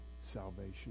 salvation